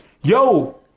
Yo